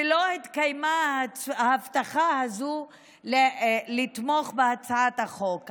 ולא התקיימה ההבטחה הזו לתמוך בהצעת החוק.